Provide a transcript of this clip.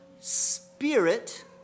spirit